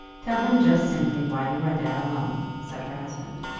tell him just simply why you are there alone, said her husband.